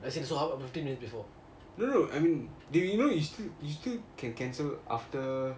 no no no I mean do you know you still you still can cancel after